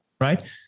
right